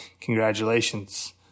Congratulations